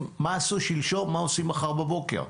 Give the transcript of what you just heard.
מה עשו שלשום, מה עושים מחר בבוקר?